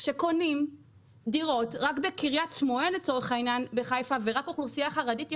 כשקונים דירות רק בקריית שמואל בחיפה ורק אוכלוסייה חרדית יכולה,